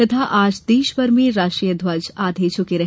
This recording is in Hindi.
तथा आज देशभर में राष्ट्रीय ध्वज आधे झके रहे